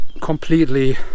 completely